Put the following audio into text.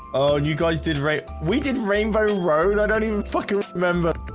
and you guys did rape we did rainbow road i don't even fucking remember